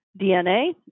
DNA